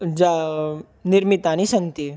जा निर्मितानि सन्ति